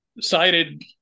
cited